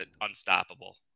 unstoppable